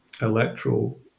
electoral